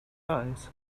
eyes